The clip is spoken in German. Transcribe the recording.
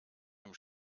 dem